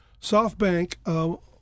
SoftBank